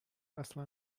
اصلا